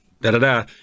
da-da-da